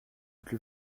plus